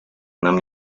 нам